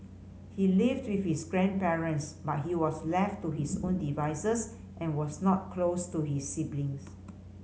he lived with his grandparents but he was left to his own devices and was not close to his siblings